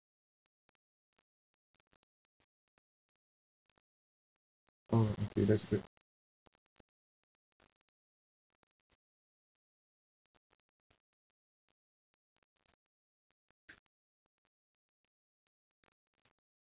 oh okay that's great